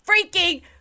freaking